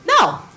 No